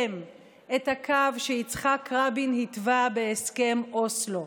את הקו שיצחק רבין התווה בהסכם אוסלו.